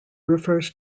refers